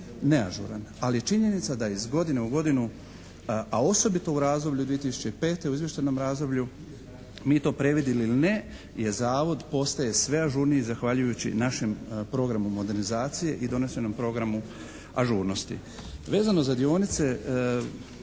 neažuran, ali je činjenica da iz godine u godinu a osobito u razdoblju 2005. u izvještajnom razdoblju mi to previdili ili ne je zavod postaje sve ažurniji zahvaljujući našem programu modernizacije i donesenom programu ažurnosti. Vezano za dionice